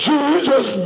Jesus